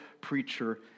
preacher